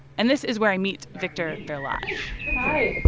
and this is where i meet victor verlage hi